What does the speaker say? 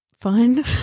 fun